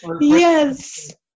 Yes